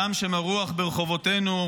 דם שמרוח ברחובותינו,